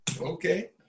okay